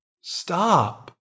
stop